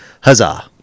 huzzah